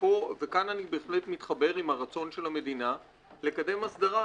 וכאן אני בהחלט מתחבר עם הרצון של המדינה לקדם הסדרה.